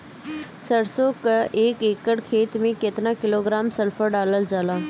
सरसों क एक एकड़ खेते में केतना किलोग्राम सल्फर डालल जाला?